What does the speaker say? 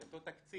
על אותו תקציב,